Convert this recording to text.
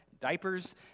diapers